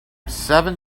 seven